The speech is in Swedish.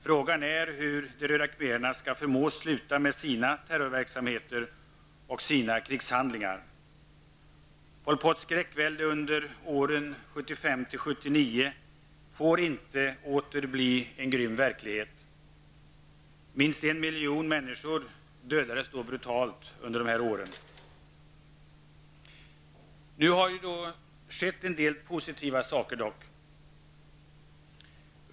Frågan är hur de röda khmererna skall förmås sluta med sin terrorverksamhet och sina krigshandlingar. Pol Pots skräckvälde under åren 1975--1979 får inte åter bli en grym verklighet. Minst 1 miljon människor dödades brutalt under de åren. Nu har det skett en del positiva saker, dock.